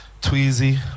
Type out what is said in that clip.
tweezy